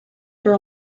for